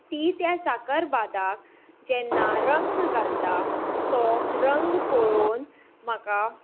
ती त्या साकरभाताक जेन्ना रंग घालता रंग पळोवन म्हाका